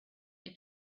your